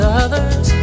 others